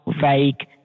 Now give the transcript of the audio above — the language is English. vague